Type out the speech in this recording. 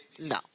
No